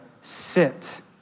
sit